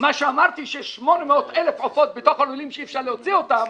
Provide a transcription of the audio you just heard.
מה שאמרתי ש-800,000 עופות בתוך הלולים שאי-אפשר להוציא אותם,